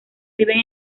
viven